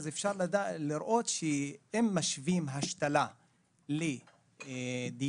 אפשר לראות שאם משווים השתלה לדיאליזה,